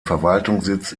verwaltungssitz